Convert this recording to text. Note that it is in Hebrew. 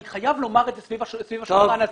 אני חייב לומר את זה סביב השולחן הזה.